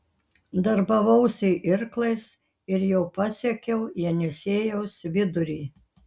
darbavausi irklais ir jau pasiekiau jenisiejaus vidurį